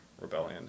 Rebellion